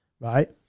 right